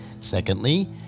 Secondly